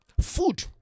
food